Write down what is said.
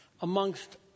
Amongst